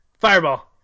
Fireball